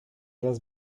las